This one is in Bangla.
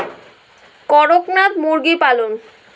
করকনাথ মুরগি পালন?